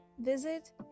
Visit